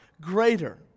greater